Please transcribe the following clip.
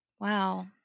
Wow